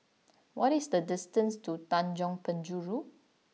what is the distance to Tanjong Penjuru